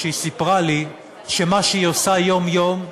שבו היא סיפרה שמה שהיא עושה יום-יום,